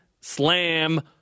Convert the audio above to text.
slam